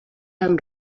amb